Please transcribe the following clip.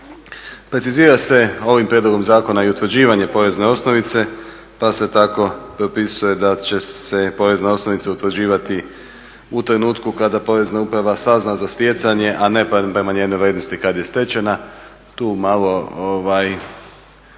Precizira se ovim prijedlogom zakona i utvrđivanje porezne osnovice pa se tako propisuje da će se porezna osnovica utvrđivati u trenutku kada Porezna uprava sazna za stjecanje, a ne prema njenoj vrijednosti kada je stečena. Tu malo